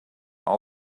all